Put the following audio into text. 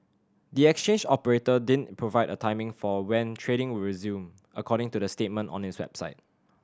the exchange operator didn't provide a timing for when trading will resume according to the statement on its website